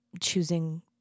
choosing